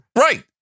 Right